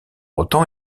autant